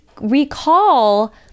recall